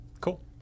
Cool